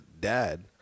dad